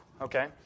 Okay